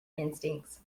instincts